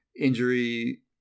injury